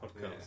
podcast